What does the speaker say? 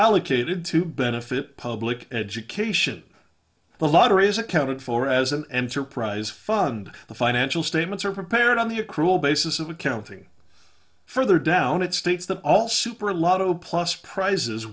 allocated to benefit public education the lottery is accounted for as an enterprise fund the financial statements are prepared on the accrual basis of accounting further down it states that all super lotto plus prizes